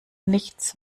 nichts